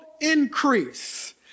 increase